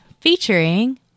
featuring